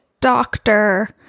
doctor